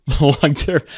long-term